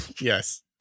Yes